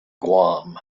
guam